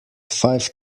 five